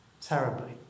terribly